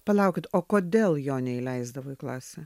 palaukit o kodėl jo neįleisdavo į klasę